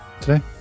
today